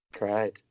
Right